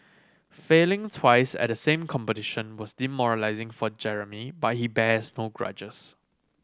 failing twice at the same competition was demoralising for Jeremy but he bears no grudges